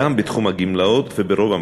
בתחום הגמלאות וברוב המחלקות.